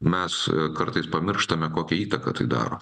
mes kartais pamirštame kokią įtaką tai daro